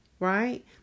right